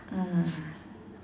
ah